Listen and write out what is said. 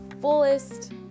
fullest